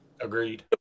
Agreed